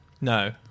No